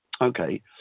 okay